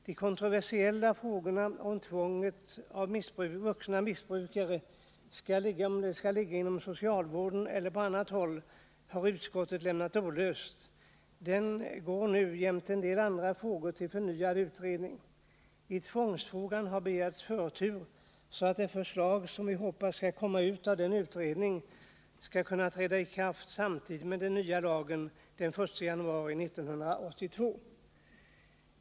Den kontroversiella frågan, om tvånget när det gäller vuxna missbrukare skall ligga inom socialvården eller på annat håll, har utskottet lämnat olöst. Den går nu jämte en del andra frågor till förnyad utredning. I tvångsfrågan har begärts förtur, så att det förslag som vi hoppas skall komma ut av den utredningen skall kunna träda i kraft samtidigt med den nya lagen den 1 januari 1982.